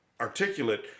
articulate